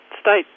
state